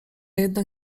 jednak